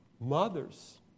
mothers